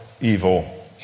evil